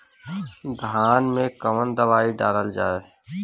धान मे कवन दवाई डालल जाए?